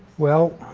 well,